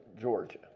Georgia